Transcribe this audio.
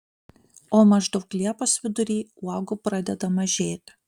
o maždaug liepos vidury uogų pradeda mažėti